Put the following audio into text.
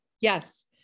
yes